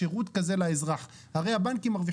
חשוב להגיד, זה לא 80. זה לא נכון.